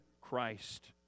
Christ